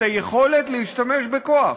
את היכולת להשתמש בכוח.